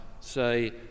say